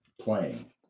playing